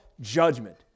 judgment